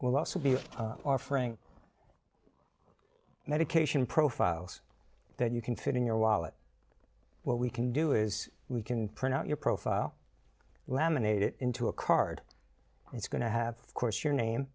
will also be offering medication profiles that you can fit in your wallet what we can do is we can print out your profile laminate it into a card and it's going to have course your name